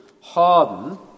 harden